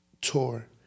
tour